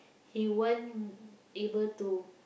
he won't able to